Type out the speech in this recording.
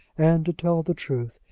and, to tell the truth,